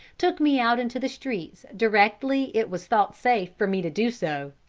took me out into the streets directly it was thought safe for me to do so,